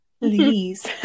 please